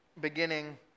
beginning